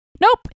nope